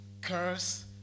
curse